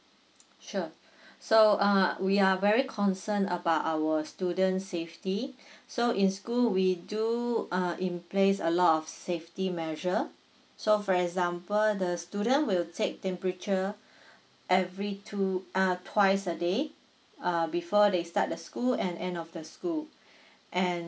sure so uh we are very concerned about our students' safety so in school we do uh in place a lot of safety measure so for example the student will take temperature every two uh twice a day err before they start the school and end of the school and